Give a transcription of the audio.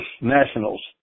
Nationals